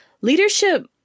Leadership